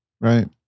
right